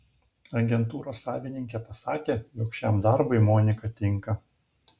agentūros savininkė pasakė jog šiam darbui monika tinka